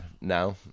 now